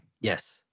Yes